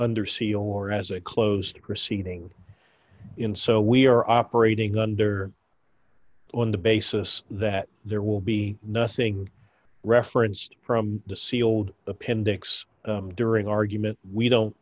nder seal or has a closed proceeding in so we are operating under on the basis that there will be nothing referenced from the sealed appendix during argument we don't